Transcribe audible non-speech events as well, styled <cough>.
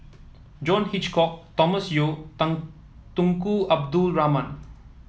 John Hitchcock Thomas Yeo <unintelligible> Tunku Abdul Rahman